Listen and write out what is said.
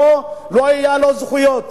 שבהם לא היו לו זכויות.